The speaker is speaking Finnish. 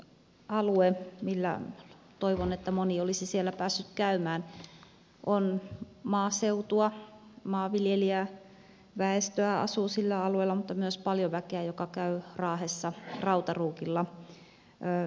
alue millä toivon että moni olisi päässyt käymään on maaseutua maanviljelijäväestöä asuu sillä alueella mutta myös paljon väkeä joka käy raahessa rautaruukilla töissä